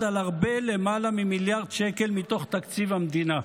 על הרבה יותר ממיליארד שקל מתוך תקציב המדינה.